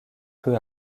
peu